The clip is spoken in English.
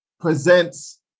presents